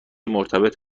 مرتبط